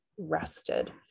rested